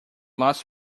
lost